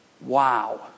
Wow